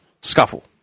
scuffle